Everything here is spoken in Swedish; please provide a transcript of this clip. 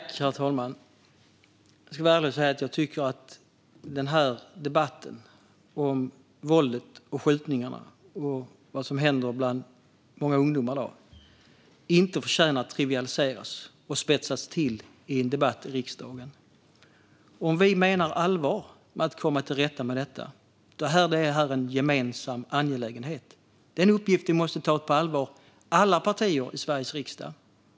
Herr talman! Jag ska vara ärlig och säga att jag tycker att debatten om våldet och skjutningarna och vad som händer bland många ungdomar i dag inte förtjänar att trivialiseras och spetsas till i en debatt i riksdagen. Om vi menar allvar med att komma till rätta med detta är det en gemensam angelägenhet. Det är en uppgift vi måste ta på allvar - alla partier i Sveriges riksdag.